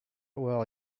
well